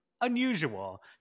unusual